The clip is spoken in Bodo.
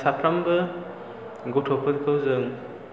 साफ्रोमबो गथ'फोरखौ जों